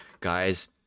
guys